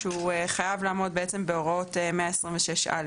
שחייב לעמוד בהוראות 126(א).